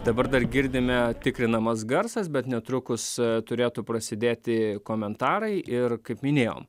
dabar dar girdime tikrinamas garsas bet netrukus turėtų prasidėti komentarai ir kaip minėjom